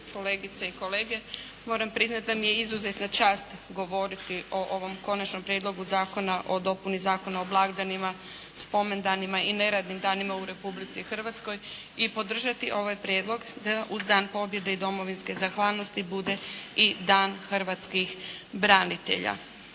kolegice i kolege. Moram priznati da mi je izuzetna čast govoriti o ovom Konačnom prijedlogu zakona o dopuni Zakona o blagdanima, spomendanim i neradnim danima u Republici Hrvatskoj i podržati ovaj prijedlog da uz Dan pobjede i domovinske zahvalnosti bude i Dan hrvatskih branitelja.